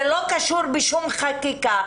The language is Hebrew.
זה לא קשור בשום חקיקה,